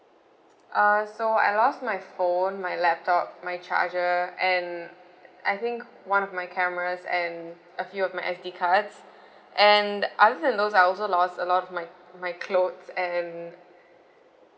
uh so I lost my phone my laptop my charger and I think one of my cameras and a few of my S_G cards and other than those I also lost a lot of my my clothes and